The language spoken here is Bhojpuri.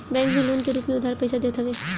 बैंक भी लोन के रूप में उधार पईसा देत हवे